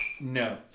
No